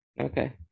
okay